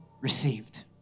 received